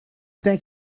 think